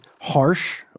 harsh